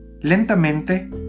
Lentamente